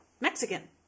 Mexican